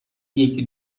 یکی